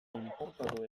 inportatu